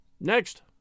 Next